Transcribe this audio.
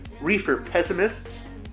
reefer-pessimists